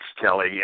Kelly